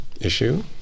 issue